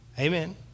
Amen